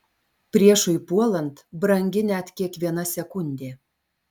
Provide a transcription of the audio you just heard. priešui puolant brangi net kiekviena sekundė